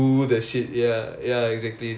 ya lor don't restrict ya